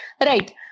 Right